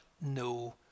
no